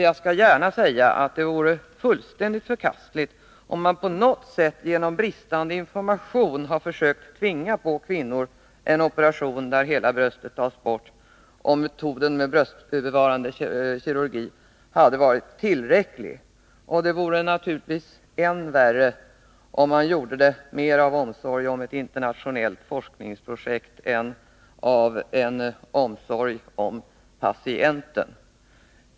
Jag skall gärna säga att det vore fullständigt förkastligt om man på något sätt genom bristande information försökt tvinga på kvinnor en operation där hela bröstet tas bort om metoden med bröstbevarande kirurgi hade varit tillräcklig. Och det vore naturligtvis än värre om man hade gjort det mer av omsorg om ett internationellt forskningsprojekt än av omsorg om patienten.